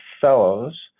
fellows